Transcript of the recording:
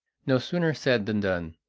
no sooner said than done.